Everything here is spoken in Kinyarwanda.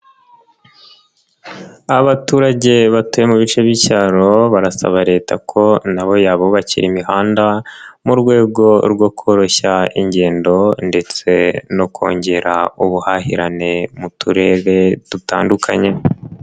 Abaturage batuye mu bice by'icyaro barasaba leta ko nabo yabubakira imihanda mu rwego rwo koroshya ingendo ndetse no kongera ubuhahirane mu turere dutandukanye.